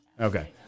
Okay